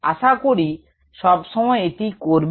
আশা করি সব সময় এটি করবে